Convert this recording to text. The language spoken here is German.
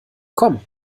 komm